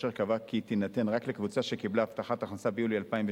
אשר קבע כי היא תינתן רק לקבוצה שקיבלה הבטחת הכנסה ביולי 2003,